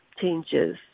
changes